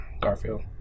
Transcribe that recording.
Garfield